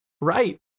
right